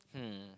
hmm